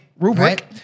Rubric